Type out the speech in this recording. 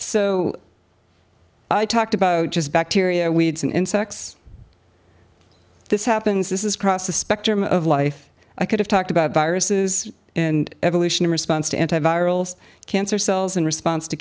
so i talked about just bacteria weeds and insects this happens this is cross the spectrum of life i could have talked about viruses in evolution in response to antivirals cancer cells in response to